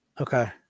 Okay